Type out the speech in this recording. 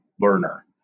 learner